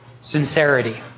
sincerity